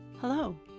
Hello